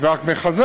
זה רק מחזק